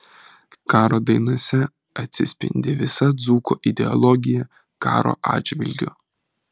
karo dainose atsispindi visa dzūko ideologija karo atžvilgiu